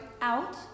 Out